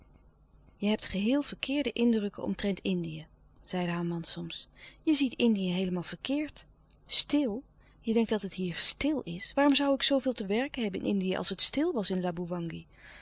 je hebt geheel verkeerde indrukken omtrent indië zeide haar man soms je ziet indië heelemaal verkeerd stil je denkt dat het hier stil is waarom zoû ik zoo veel te werken hebben in indië als het stil was in